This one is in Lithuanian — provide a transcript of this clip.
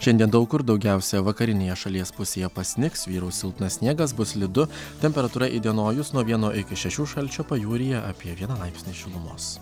šiandien daug kur daugiausia vakarinėje šalies pusėje pasnigs vyraus silpnas sniegas bus slidu temperatūra įdienojus nuo vieno iki šešių šalčio pajūryje apie vieną laipsnį šilumos